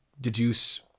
deduce